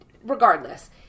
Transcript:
regardless